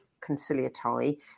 conciliatory